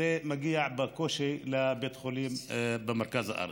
מגיעים בקושי לכדי בית חולים במרכז הארץ.